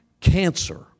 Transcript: cancer